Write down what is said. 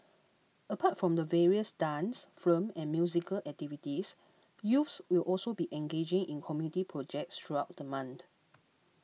apart from the various dance film and musical activities youths will also be engaging in community projects throughout the month